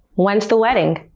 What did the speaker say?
when's the wedding?